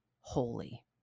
holy